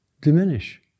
diminish